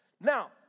Now